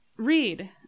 Read